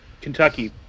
Kentucky